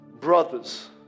Brothers